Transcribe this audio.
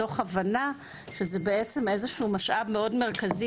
מתוך הבנה שזה בעצם איזשהו משאב מאוד מרכזי